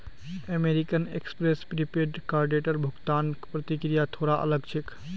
American Express prepaid कार्डेर भुगतान प्रक्रिया थोरा अलग छेक